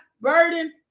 burden